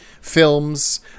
films